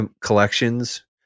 collections